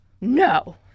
no